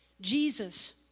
Jesus